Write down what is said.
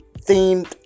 themed